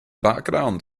background